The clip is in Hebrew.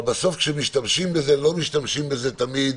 אבל בסוף, כשמשתמשים בזה, לא משתמשים בזה תמיד